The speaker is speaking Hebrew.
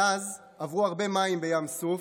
מאז עברו הרבה מים בים סוף,